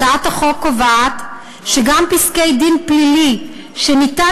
הצעת החוק קובעת שגם פסק-דין פלילי שניתן